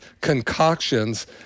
concoctions